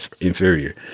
inferior